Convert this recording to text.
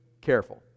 careful